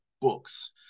books